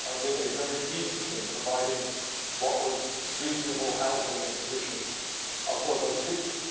ah did a very decent thing, providing what was reasonable housing and conditions ah for those people.